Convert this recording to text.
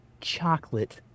chocolate